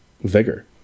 vigor